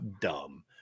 dumb